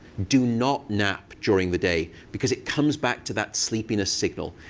do not nap during the day. because it comes back to that sleepiness signal.